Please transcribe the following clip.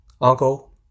uncle